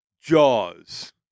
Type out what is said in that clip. Jaws